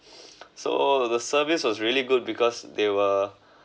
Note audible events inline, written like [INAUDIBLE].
[NOISE] so the service was really good because they were